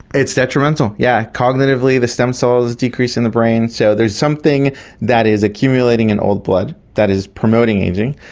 it's detrimental, yes. yeah cognitively the stem cells decrease in the brain. so there is something that is accumulating in old blood that is promoting ageing.